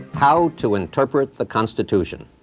how to interpret the constitution.